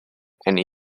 and